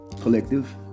collective